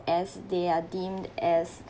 as they are deemed as